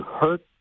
hurt